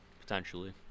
potentially